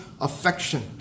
affection